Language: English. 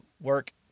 work